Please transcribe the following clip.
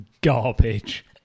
garbage